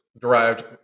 derived